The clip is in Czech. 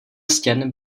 stěn